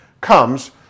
comes